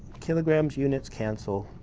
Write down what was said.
kilograms units cancel.